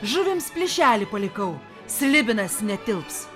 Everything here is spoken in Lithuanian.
žuvims plyšelį palikau slibinas netilps